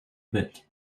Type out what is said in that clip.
bit